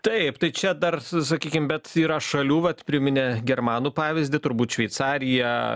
taip tai čia dar sakykim bet yra šalių vat priminė germanų pavyzdį turbūt šveicarija